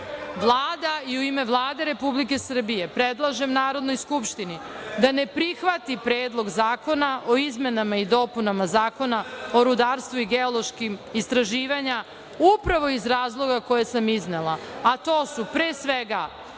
Vlada i u ime Vlade Republike Srbije predlažem Narodnoj skupštini da ne prihvati Predlog zakona o izmenama i dopunama Zakona o rudarstvu i geološkim istraživanjima upravo iz razloga koje sam iznela, a to su, pre svega,